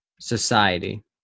society